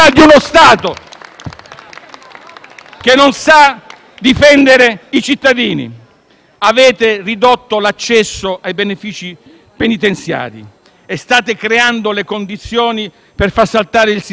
che non sa difendere i cittadini. Avete ridotto l'accesso ai benefici penitenziari e state creando le condizioni per far saltare il sistema detentivo, già al limite;